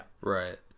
Right